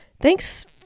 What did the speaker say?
thanks